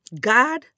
God